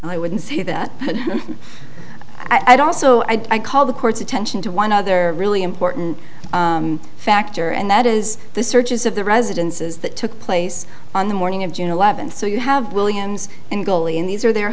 i wouldn't see that i'd also i call the court's attention to one other really important factor and that is the searches of the residences that took place on the morning of june eleventh so you have williams and goalie and these are their